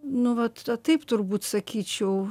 nu vat taip turbūt sakyčiau